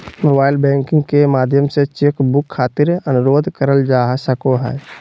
mobile banking के माध्यम से चेक बुक खातिर अनुरोध करल जा सको हय